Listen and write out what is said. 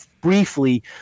briefly